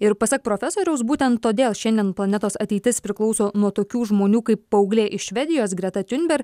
ir pasak profesoriaus būtent todėl šiandien planetos ateitis priklauso nuo tokių žmonių kaip paauglė iš švedijos greta tiunber